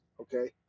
okay